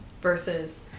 versus